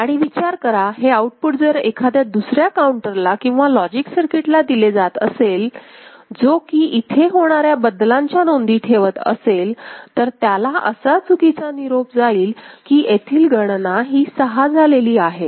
आणि विचार करा हे आउटपुट जर एखाद्या दुसऱ्या काउंटरला किंवा लॉजिक सर्किटला दिले जात असेल जो कि इथे होणाऱ्या बदलांच्या नोंदी ठेवत असेल तर त्याला असा चुकीचा निरोप दिला जाईल कि येथील गणना 6 झालेली आहे